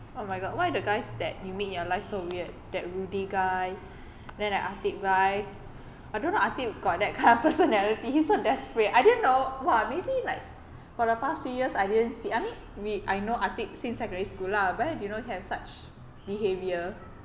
oh my god why the guys that you meet in your life so weird that rudy guy then that ateeb guy I don't know ateeb got that kind of personality he's so desperate I didn't know !wah! maybe like for the past few years I didn't see I mean we I know ateeb since secondary school lah but I didn't know he don't have such behaviour